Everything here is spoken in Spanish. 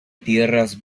tierras